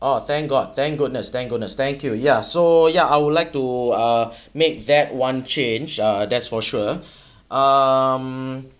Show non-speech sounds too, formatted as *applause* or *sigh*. oh thank god thank goodness thank goodness thank you ya so ya I would like to uh make that one change uh that's for sure *breath* um